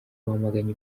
bamaganye